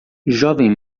jovem